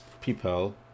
people